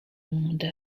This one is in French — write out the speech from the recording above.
monde